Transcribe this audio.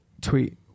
tweet